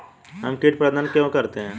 हम कीट प्रबंधन क्यों करते हैं?